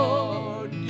Lord